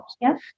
Yes